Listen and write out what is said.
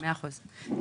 הייתה רפורמה,